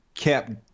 kept